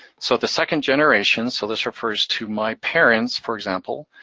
so the second generation, so this refers to my parents, for example,